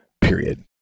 period